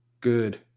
Good